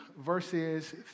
verses